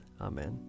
Amen